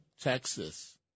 Texas